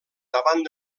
davant